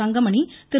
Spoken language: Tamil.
தங்கமணி திரு